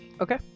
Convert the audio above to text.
Okay